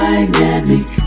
Dynamic